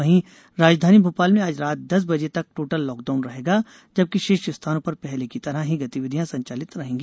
वहीं राजधानी भोपाल में आज रात दस बजे तक टोटल लॉकडाउन रहेगा जबकि शेष स्थानों पर पहले की तरह ही गतिविधियां संचालित रहेंगी